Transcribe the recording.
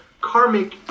karmic